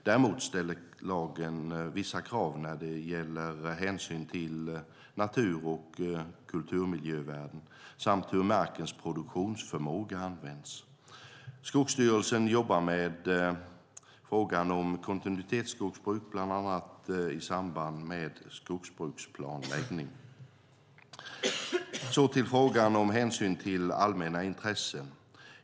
Däremot ställer lagen vissa krav när det gäller hänsyn till natur och kulturmiljövärden samt hur markens produktionsförmåga används. Skogsstyrelsen jobbar med frågan om kontinuitetsskogsbruk, bland annat i samband med skogsbruksplanläggning. Så till frågan om hänsyn till allmänna intressen.